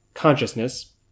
consciousness